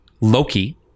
Loki